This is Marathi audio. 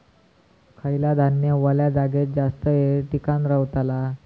खयला धान्य वल्या जागेत जास्त येळ टिकान रवतला?